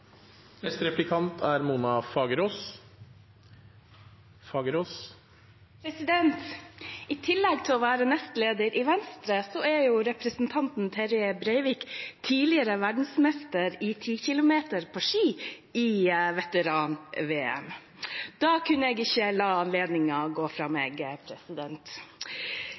I tillegg til å være nestleder i Venstre er representanten Terje Breivik tidligere verdensmester i 10 km på ski i veteran-VM. Da kunne jeg ikke la anledningen gå fra meg.